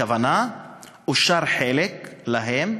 הכוונה היא שאושר להן חלק,